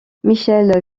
michel